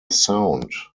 sound